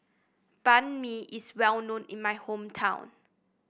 Banh Mi is well known in my hometown